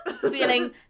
feeling